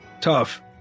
Tough